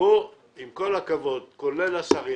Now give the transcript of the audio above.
עם כל הכבוד, כולל השרים